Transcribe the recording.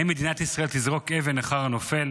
האם מדינת ישראל תזרוק אבן אחר הנופל?